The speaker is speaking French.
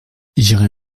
j’irai